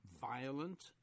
violent